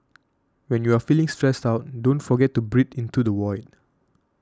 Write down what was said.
when you are feeling stressed out don't forget to breathe into the void